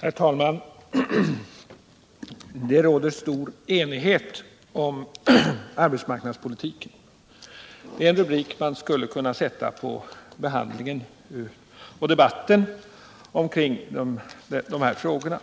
Herr talman! Det råder stor enighet om arbetsmarknadspolitiken. Det ären rubrik man skulle kunna sätta på behandlingen och debatten omkring de här frågorna.